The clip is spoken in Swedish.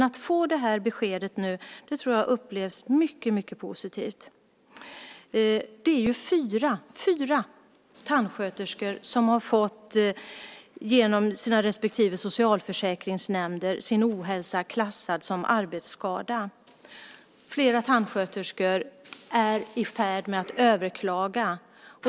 Att få det här beskedet tror jag upplevs mycket positivt. Fyra tandsköterskor har genom sina socialförsäkringsnämnder fått sin ohälsa klassad som arbetsskada. Flera tandsköterskor är i färd med att överklaga.